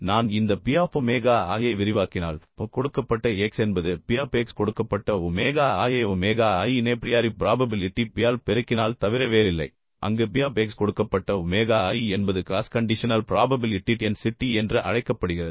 நான் இந்த P of omega i ஐ விரிவாக்கினால் கொடுக்கப்பட்ட x என்பது P ஆஃப் x கொடுக்கப்பட்ட ஒமேகா i ஐ ஒமேகா i இன் ஏப்ரியாரி ப்ராபபிலிட்டி P ஆல் பெருக்கினால் தவிர வேறில்லை அங்கு P ஆஃப் X கொடுக்கப்பட்ட ஒமேகா i என்பது க்ளாஸ் கண்டிஷனல் ப்ராபபிலிட்டி டென்சிட்டி என்று அழைக்கப்படுகிறது